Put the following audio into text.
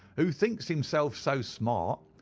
who thinks himself so smart,